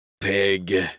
Pig